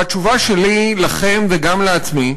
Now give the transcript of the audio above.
והתשובה שלי, לכם וגם לעצמי,